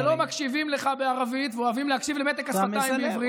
שלא מקשיבים לך בערבית ואוהבים להקשיב למתק השפתיים בעברית.